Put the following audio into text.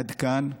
עד כאן נכשלתם,